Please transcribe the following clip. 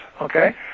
okay